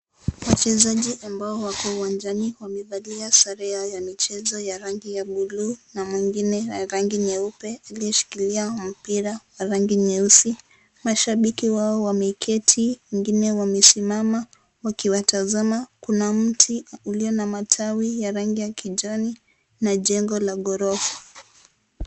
Wachezaji ambao wako uwanjani wamevalia sare yao ya michezo ya rangi ya bluu na mwingine ya rangi nyeupe aliyeshikilia mpira ya rangi nyeusi. Mashabiki wao wameketi, wengine wamesimama wakiwatazama, kuna mti uliona matawi ya rangi ya kijani na njego la ghorofa.